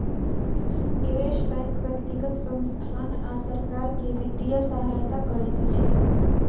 निवेश बैंक व्यक्तिगत संसथान आ सरकार के वित्तीय सहायता करैत अछि